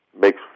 Makes